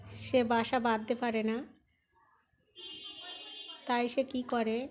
সে বাসা বাঁধতে পারে না তাই সে কী করে